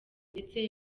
ndetse